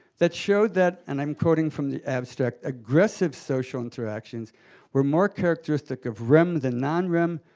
that showed that and i'm quoting from the abstract aggressive social interactions were more characteristic of rem than non-rem,